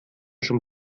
schon